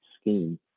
scheme